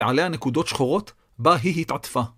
ועליה נקודות שחורות בה היא התעטפה.